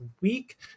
week